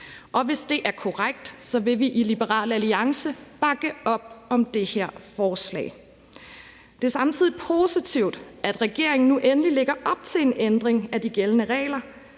Og hvis det er korrekt, vil vi i Liberal Alliance bakke op om det her forslag. Det er samtidig positivt, at regeringen nu endelig lægger op til en ændring af de gældende regler,